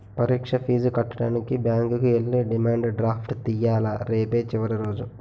పరీక్ష ఫీజు కట్టడానికి బ్యాంకుకి ఎల్లి డిమాండ్ డ్రాఫ్ట్ తియ్యాల రేపే చివరి రోజు